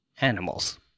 animals